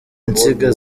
insinga